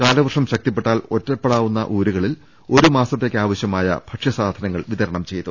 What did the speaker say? കാലവർഷം ശക്തിപ്പെട്ടാൽ ഒറ്റപ്പെടാവുന്ന ഊരുകളിൽ ഒരു മാസ ത്തേക്കാവശ്യമായ ഭക്ഷ്യ സാധനങ്ങൾ വിതരണം ചെയ്തു